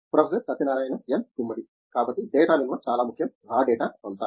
professor Satyanarayana N Gummadi కాబట్టి data నిల్వ చాలా ముఖ్యం రా డేటా అంతా